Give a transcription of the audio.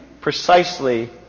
precisely